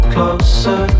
Closer